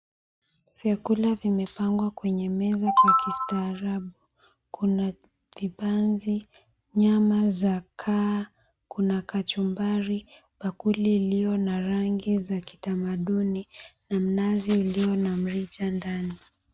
Vyakula vimepangwa kwenye meza ya kistarabu kuna vibanzi, nyama za kaa, kuna kachumbari, bakuli iliyo na rangi za kitamaduni na mnazi iliyo na mrija ndani.